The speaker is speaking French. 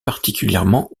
particulièrement